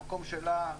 המקום שלה,